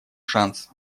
шанс